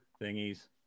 thingies